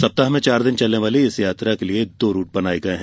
सप्ताह में चार दिन चलने वाली इस यात्रा के लिये दो रूट बनाये गये हैं